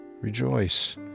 rejoice